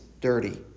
dirty